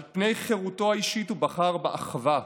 על פני חירותו האישית הוא בחר באחווה,